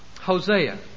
Hosea